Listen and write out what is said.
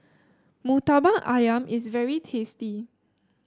murtabak ayam is very tasty